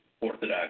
Orthodox